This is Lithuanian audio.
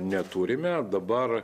neturime dabar